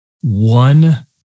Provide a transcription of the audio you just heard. one